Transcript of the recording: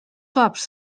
cops